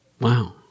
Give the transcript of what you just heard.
Wow